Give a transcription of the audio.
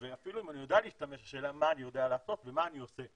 ואפילו אם אני יודע להשתמש השאלה מה אני יודע לעשות ומה אני עושה.